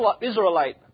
Israelite